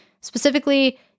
Specifically